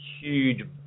huge